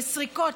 לסריקות,